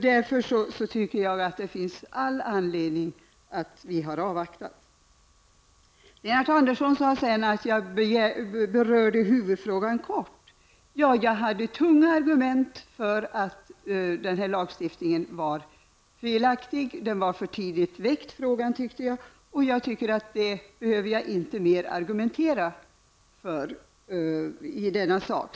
Därför tycker jag att det finns all anledning att avvakta. Lennart Andersson sade att jag berörde huvudfrågan kort. Ja, jag hade tunga argument för uppfattningen att den här lagstiftningen var felaktig. Jag tyckte att frågan var för tidigt väckt, och jag anser att jag inte behöver argumentera mer i denna sak.